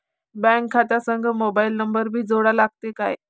Bank खात्या संग mobile number भी जोडा लागते काय?